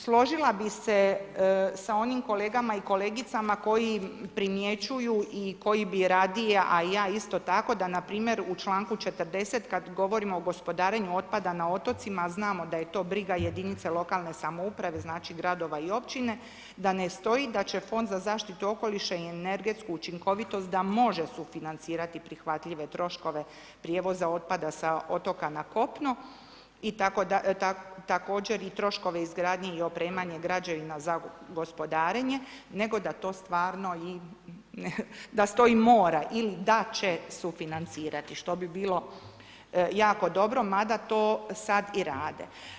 Složila bi se sa onim kolegama i kolegicama koji primjećuju i koji bi radije a i ja isto tako da npr. u članku 40. kad govorimo o gospodarenju otpada na otocima, znamo da je to briga jedinica lokalne samouprave, znači gradova i općine, da ne stoji da će Fond za zaštitu okoliša i energetsku učinkovitost da može sufinancirati prihvatljive troškove prijevoza otpada sa otoka na kopno, također i troškove izgradnje i opremanje građevina za gospodarenje nego da to stvarno da se to mora ili da će sufinancirati što bi bilo jako dobro mada to sad i rade.